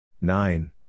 Nine